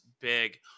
big